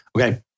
Okay